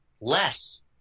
less